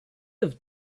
have